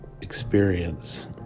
experience